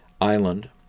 island